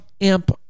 amp